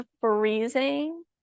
freezing